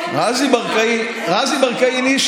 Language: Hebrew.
ב-100,000 איש,